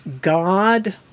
God